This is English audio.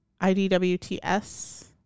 IDWTS